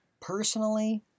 personally